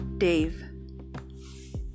Dave